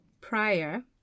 prior